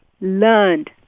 Learned